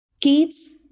kids